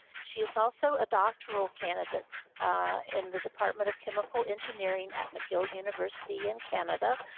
she is also a doctoral candidate in the department of chemical engineering at mcgill university in canada,